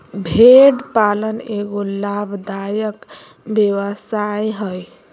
भेड़ पालन एगो लाभदायक व्यवसाय हइ